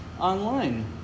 online